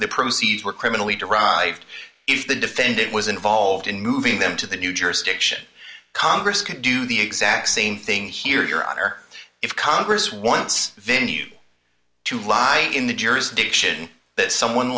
the proceeds were criminally derived if the defendant was involved in moving them to the new jurisdiction congress could do the exact same thing here your honor if congress wants venue to lie in the jurisdiction that someone